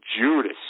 Judas